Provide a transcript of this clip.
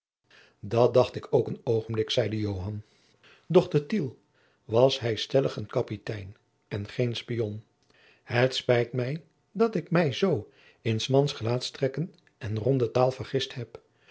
dat dacht ik ook een oogenblik zeide joan doch te tiel was hij stellig een kapitein en geen spion het spijt mij dat ik mij zoo in s mans gelaatstrekken en ronde taal vergist heb